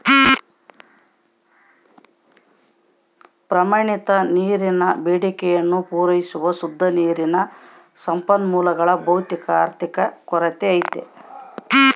ಪ್ರಮಾಣಿತ ನೀರಿನ ಬೇಡಿಕೆಯನ್ನು ಪೂರೈಸುವ ಶುದ್ಧ ನೀರಿನ ಸಂಪನ್ಮೂಲಗಳ ಭೌತಿಕ ಆರ್ಥಿಕ ಕೊರತೆ ಐತೆ